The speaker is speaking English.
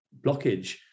blockage